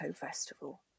festival